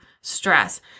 stress